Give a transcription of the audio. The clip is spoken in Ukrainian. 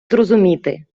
зрозуміти